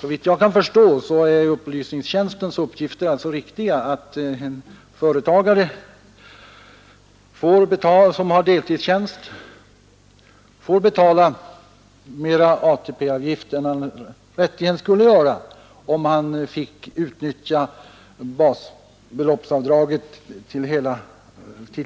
Såvitt jag kan förstå är alltså upplysningstjänstens uppgifter riktiga — att en företagare som har deltidstjänst får betala större ATP-avgift än han rätterligen skulle göra om han fick utnyttja basbeloppsavdraget till dess